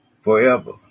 forever